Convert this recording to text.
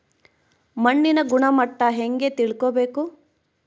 ಮಣ್ಣಿನ ಗುಣಮಟ್ಟ ಹೆಂಗೆ ತಿಳ್ಕೊಬೇಕು?